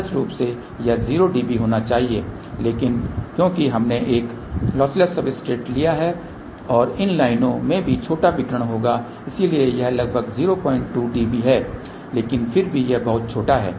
आदर्श रूप से यह 0 dB होना चाहिए लेकिन क्योंकि हमने एक लॉसलेस सब्सट्रेट लिया है और इन लाइनों से भी छोटा विकिरण होगा इसलिए यह लगभग 02 dB है लेकिन फिर भी यह बहुत छोटा है